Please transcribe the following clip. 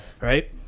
Right